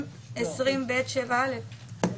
אה,